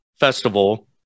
festival